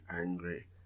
angry